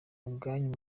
ubwanyu